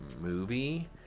movie